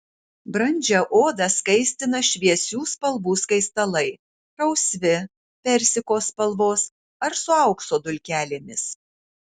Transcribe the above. brandžią odą skaistina šviesių spalvų skaistalai rausvi persiko spalvos ar su aukso dulkelėmis